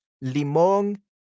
limón